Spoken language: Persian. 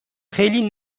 خیلی